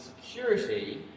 security